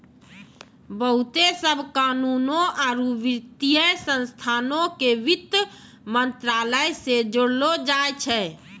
बहुते सभ कानूनो आरु वित्तीय संस्थानो के वित्त मंत्रालय से जोड़लो जाय छै